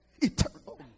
eternal